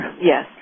Yes